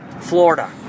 Florida